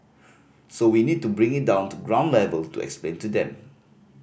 so we need to bring it down to ground level to explain to them